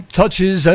touches